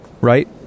Right